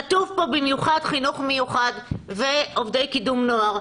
כתוב פה במיוחד: חינוך מיוחד ועובדי קידום נוער,